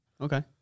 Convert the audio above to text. Okay